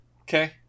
Okay